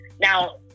Now